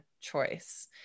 choice